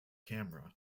camera